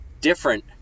different